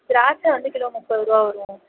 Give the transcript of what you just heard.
திராட்சை வந்து கிலோ முப்பது ருபா வரும்